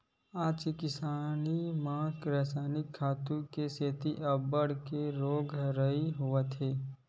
आज के किसानी म रसायनिक खातू के सेती अब्बड़ के रोग राई होवत हे